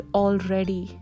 already